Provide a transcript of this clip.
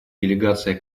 делегация